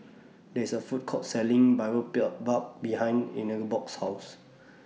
There IS A Food Court Selling Boribap behind Ingeborg's House